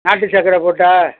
நாட்டுச்சக்கரை போட்டா